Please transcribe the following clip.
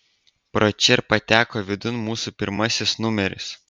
pro čia ir pateko vidun mūsų pirmasis numeris